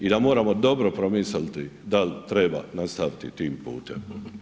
I da moramo dobro promisliti da li treba nastaviti tim putem.